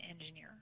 engineer